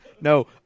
No